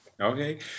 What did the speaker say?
Okay